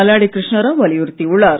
மல்லாடி கிருஷ்ணராவ் வலியுறுத்தியுள்ளார்